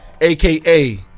AKA